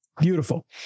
Beautiful